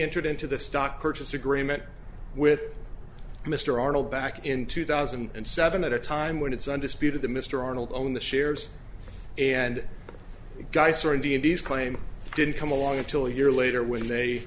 entered into the stock purchase agreement with mr arnold back in two thousand and seven at a time when it's undisputed the mr arnold own the shares and geiser in d m d s claim didn't come along until a year later when they